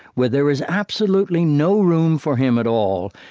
where there was absolutely no room for him at all,